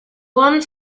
one